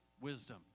wisdom